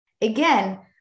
Again